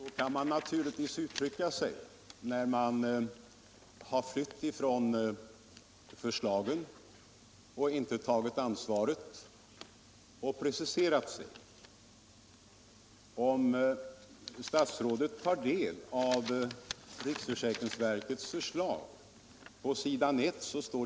Herr talman! Så kan man naturligtvis uttrycka sig, när man har flytt ifrån förslagen och inte tagit ansvaret och preciserat sig. Om statsrådet tar del av riksförsäkringsverkets förslag finner han att det på s.